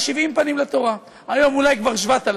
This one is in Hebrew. יש 70 פנים לתורה, היום אולי כבר 7,000,